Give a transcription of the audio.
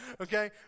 okay